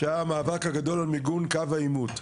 שהיה מאבק גדול על מיגון קו העימות.